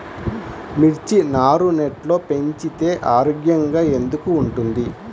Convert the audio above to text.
మిర్చి నారు నెట్లో పెంచితే ఆరోగ్యంగా ఎందుకు ఉంటుంది?